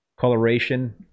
coloration